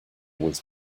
was